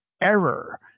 error